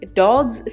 dogs